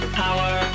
power